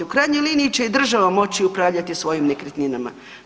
U krajnjoj liniji će i država moći upravljati svojim nekretninama.